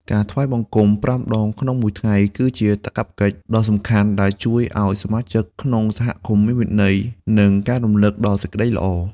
ការថ្វាយបង្គំប្រាំដងក្នុងមួយថ្ងៃ គឺជាកាតព្វកិច្ចដ៏សំខាន់ដែលជួយឱ្យសមាជិកក្នុងសហគមន៍មានវិន័យ និងការរំលឹកដល់សេចក្តីល្អ។